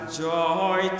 joy